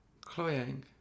cloying